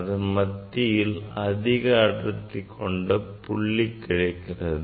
அதன் மத்தியில் அதிக அடர்த்தி கொண்ட புள்ளி கிடைக்கிறது